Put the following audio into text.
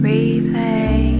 Replay